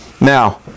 Now